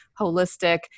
holistic